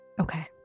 Okay